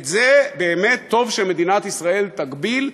את זה באמת טוב שמדינת ישראל תגביל,